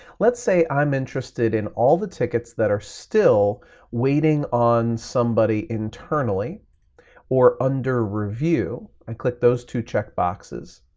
let's say i'm interested in all the tickets that are still waiting on somebody internally or under review. i click those two check boxes,